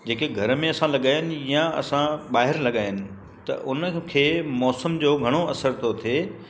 जेके घर में असां लॻाया आहिनि या असां ॿाहिरि लॻाया आहिनि त उनन खे मौसम जो घणो असर थो थिए